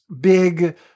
big